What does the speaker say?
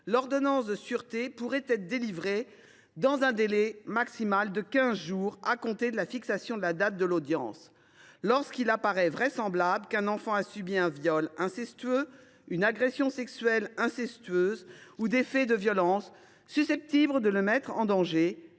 l’ordonnance de sûreté pourrait être délivrée dans un délai maximal de quinze jours à compter de la fixation de la date de l’audience, « lorsqu’il apparaît vraisemblable qu’un enfant a subi un viol incestueux, une agression sexuelle incestueuse ou des faits de violence susceptibles de le mettre en danger,